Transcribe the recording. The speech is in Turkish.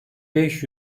beş